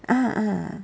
ah ah